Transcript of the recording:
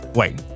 wait